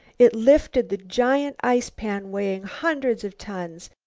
it lifted the giant ice-pan weighing hundreds of tons,